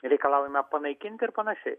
reikalaujama panaikinti ir panašiai